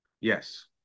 Yes